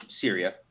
Syria